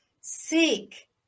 seek